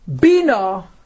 Bina